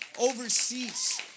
overseas